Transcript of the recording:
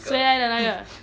谁来的那个